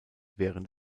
während